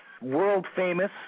world-famous